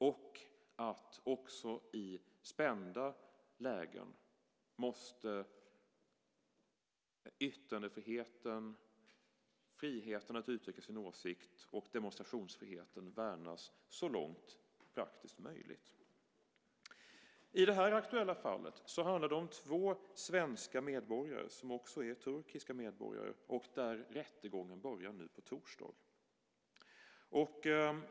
Också i spända lägen måste yttrandefriheten, friheten att uttrycka sin åsikt, och demonstrationsfriheten värnas så långt det är praktiskt möjligt. I det här aktuella fallet handlar det om två svenska medborgare som också är turkiska medborgare. Rättegången börjar nu på torsdag.